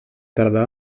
tardà